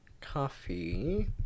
coffee